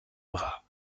bras